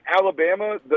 Alabama